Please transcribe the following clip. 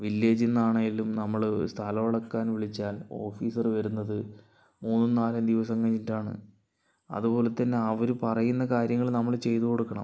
വില്ലേജിൽ നിന്നാണെങ്കിലും നമ്മൾ സ്ഥലം അളക്കാൻ വിളിച്ചാൽ ഓഫീസർ വരുന്നത് മൂന്നും നാലും ദിവസം കഴിഞ്ഞിട്ടാണ് അതുപോലെതന്നെ അവർ പറയുന്ന കാര്യങ്ങൾ നമ്മൾ ചെയ്തു കൊടുക്കണം